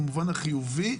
במובן החיובי,